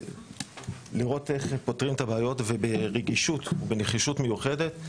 לבדוק איך פותרים ולפתור את הבעיות תוך רגישות ונחישות מיוחדת.